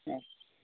ஆ